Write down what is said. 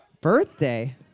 birthday